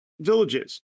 villages